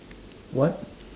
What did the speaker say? what